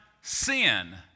sin